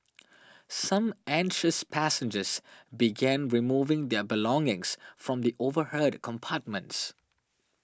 some anxious passengers began removing their belongings from the overhead compartments